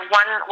one